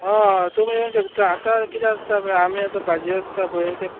हय तुमी येवंक शकता आतां कित्याक आमी आतां भाजी आसता पळय तें